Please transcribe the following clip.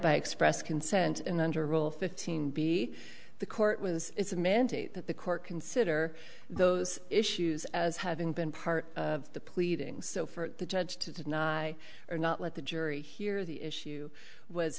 by express consent and under rule fifteen b the court was it's a mandate that the court consider those issues as having been part of the pleadings so for the judge to did not i are not let the jury hear the issue was